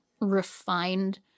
refined